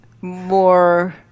more